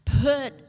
Put